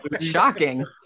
shocking